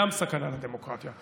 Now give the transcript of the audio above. גם סכנה לדמוקרטיה.